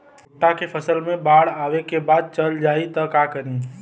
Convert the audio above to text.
भुट्टा के फसल मे बाढ़ आवा के बाद चल जाई त का करी?